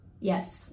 Yes